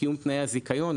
קיום תנאי הזיכיון.